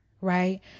right